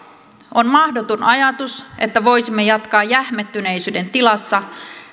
on mahdoton ajatus että voisimme jatkaa jähmettyneisyyden tilassa